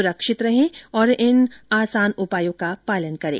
सुरक्षित रहें और इन तीन आसान उपायों का पालन करें